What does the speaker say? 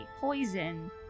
poison